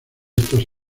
estos